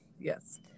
yes